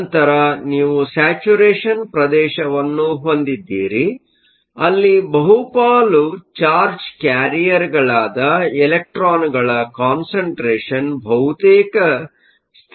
ನಂತರ ನೀವು ಸ್ಯಾಚುರೇಷನ್ ಪ್ರದೇಶವನ್ನು ಹೊಂದಿದ್ದೀರಿ ಅಲ್ಲಿ ಬಹುಪಾಲು ಚಾರ್ಜ್ ಕ್ಯಾರಿಯರ್ಗಳಾದ ಎಲೆಕ್ಟ್ರಾನ್ಗಳ ಕಾನ್ಸಂಟ್ರೇಷನ್ ಬಹುತೇಕ ಸ್ಥಿರವಾಗಿರುತ್ತವೆ